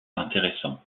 intéressants